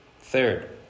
Third